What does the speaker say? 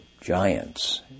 giants